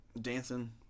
dancing